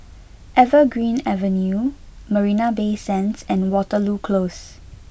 Evergreen Avenue Marina Bay Sands and Waterloo Close